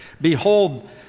Behold